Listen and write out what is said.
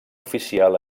oficial